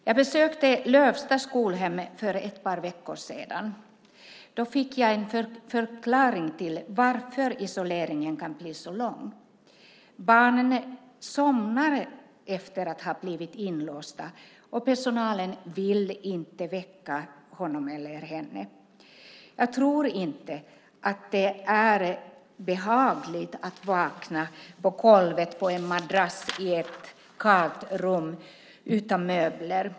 Jag besökte Lövsta skolhem för ett par veckor sedan, och då fick jag en förklaring till att isoleringen kan bli så lång. Barnen somnar efter att ha blivit inlåsta, och personalen vill inte väcka dem. Jag tror inte att det är behagligt att vakna på en madrass på golvet i ett kalt rum utan möbler.